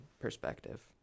perspective